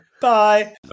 Bye